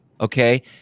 Okay